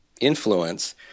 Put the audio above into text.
influence